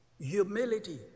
humility